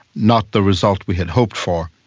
not the result we had hoped for,